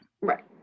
Right